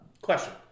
Question